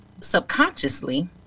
subconsciously